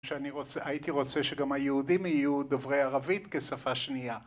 הייתי רוצה שגם היהודים יהיו דוברי ערבית כשפה שנייה.